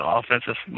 offensive